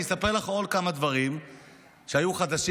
אני אספר לך עוד כמה דברים שהיו חדשים